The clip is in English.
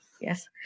Yes